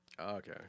Okay